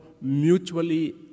mutually